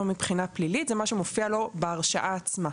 מבחינה פלילית זה מה שמופיע לו בהרשאה עצמה.